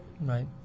Right